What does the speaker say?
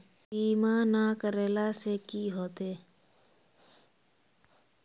बीमा ना करेला से की होते?